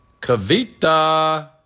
Kavita